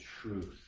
truth